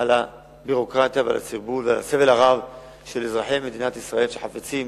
על הביורוקרטיה ועל הסרבול והסבל הרב של אזרחי מדינת ישראל שחפצים